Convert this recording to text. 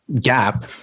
gap